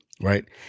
right